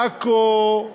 בעכו,